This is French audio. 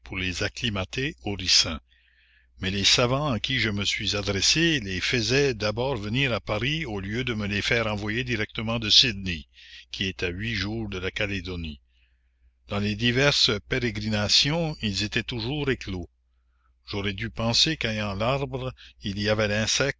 les acclimater au ricin mais les savants à qui je me suis adressée les faisaient d'abord venir à paris au lieu de me les faire envoyer directement de sydney qui est à huit jours de la calédonie dans les diverses pérégrinations ils étaient toujours éclos j'aurais dû penser qu'ayant l'arbre il y avait l'insecte